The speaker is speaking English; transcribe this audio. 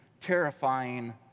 terrifying